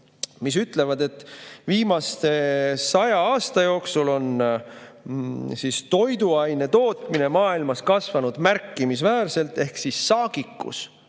mis ütlevad, et viimase saja aasta jooksul on toiduainete tootmine maailmas kasvanud märkimisväärselt. Ehk saagikus